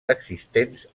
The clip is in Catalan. existents